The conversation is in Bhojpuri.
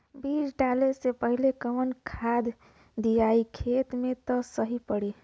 बीज डाले से पहिले कवन खाद्य दियायी खेत में त सही पड़ी?